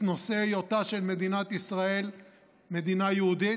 נושא היותה של מדינת ישראל מדינה יהודית,